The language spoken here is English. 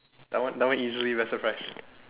that one that one easily best surprise